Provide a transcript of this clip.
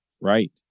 Right